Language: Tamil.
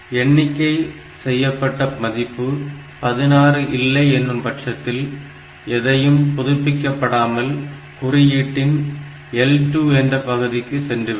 எண்ணிக்கை செய்யப்பட்ட மதிப்பு 16 இல்லை எனும் பட்சத்தில் எதையும் புதுப்பிக்கப்படாமல் குறியீட்டின் L2 என்ற பகுதிக்கு சென்றுவிடும்